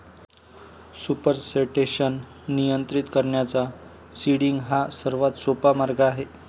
supersaturation नियंत्रित करण्याचा seeding हा सर्वात सोपा मार्ग आहे